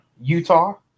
Utah